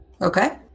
okay